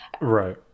Right